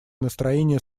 настроение